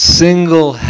single